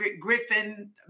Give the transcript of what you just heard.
Griffin